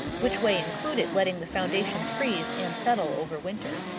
which way included letting the foundations freeze and settle over winter.